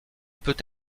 peut